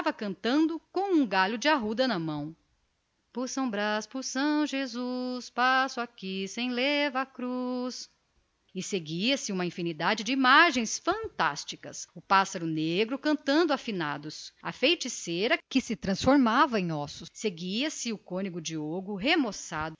cantando com um galho de arruda na mão por são brás por são jesus passo aqui sem levar cruz e seguia-se uma infinidade de imagens fantásticas o pássaro negro cantando a finados a feiticeira que se transformava em ossos e seguia-se o cônego diogo